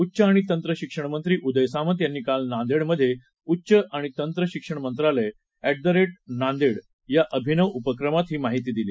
उच्च आणि तंत्र शिक्षण मंत्री उदय सामंत यांनी काल नांदेड मधे उच्च आणि तंत्र शिक्षण मंत्रालय नांदेड या अभिनव उपक्रमात ही माहिती दिली